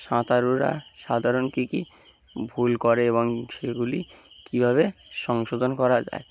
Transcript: সাঁতারুরা সাধারণ কী কী ভুল করে এবং সেগুলি কীভাবে সংশোধন করা যায়